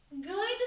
good